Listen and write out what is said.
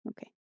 Okay